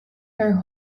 her